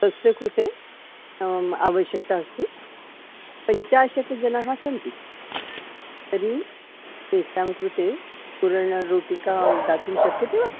तस्य कृते आवश्यकता अस्ति पञ्चाशत् जनः सन्ति तर्हि तेषां कृते पूरणरोटिकां दातुं शक्यते वा